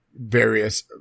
various